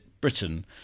Britain